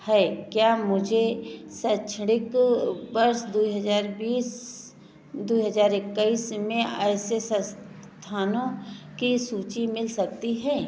है क्या मुझे शैक्षिण वर्ष दो हजार बीस दो हजार इक्कीस में ऐसे संस्थानों की सूची मिल सकती है